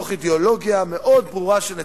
מתוך אידיאולוגיה ברורה מאוד של נתניהו,